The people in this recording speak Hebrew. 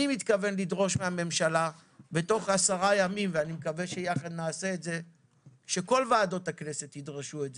אני מתכוון לדרוש שבתוך עשרה ימים ואני מקווה שכל ועדות הכנסת יצטרפו.